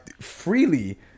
freely